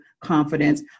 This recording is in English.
confidence